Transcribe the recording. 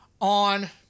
on